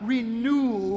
Renew